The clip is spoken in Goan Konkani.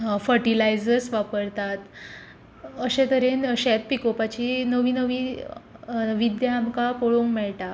फर्टिलाइजर्स वापरतात अशे तरेन शेत पिकोवपाची नवी नवी विद्या आमकां पळोवंक मेळटा